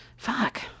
Fuck